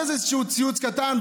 איזשהו ציוץ קטן,